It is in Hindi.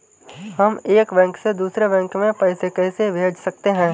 हम एक बैंक से दूसरे बैंक में पैसे कैसे भेज सकते हैं?